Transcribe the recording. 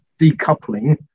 decoupling